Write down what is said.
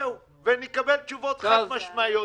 -- ונקבל תשובות חד-משמעיות.